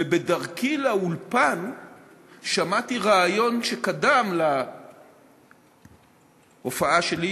ובדרכי לאולפן שמעתי ריאיון שקדם להופעה שלי,